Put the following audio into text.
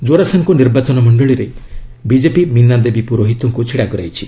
ଜୋରାସାଙ୍କୋ ନିର୍ବାଚନ ମଣ୍ଡଳୀରେ ବିଜେପି ମୀନା ଦେବୀ ପୁରୋହିତଙ୍କୁ ଛିଡ଼ା କରାଇଛି